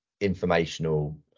informational